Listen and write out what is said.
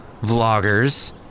vloggers